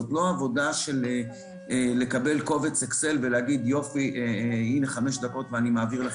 זאת לא עבודה של לקבל קובץ אקסל ולהעביר את הנתונים תוך חמש דקות.